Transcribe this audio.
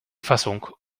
fassung